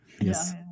yes